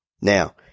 Now